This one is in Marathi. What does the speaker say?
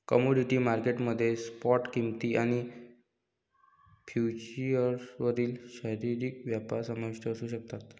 कमोडिटी मार्केट मध्ये स्पॉट किंमती आणि फ्युचर्सवरील शारीरिक व्यापार समाविष्ट असू शकतात